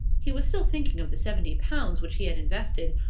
he was still thinking of the seventy pounds which he had invested,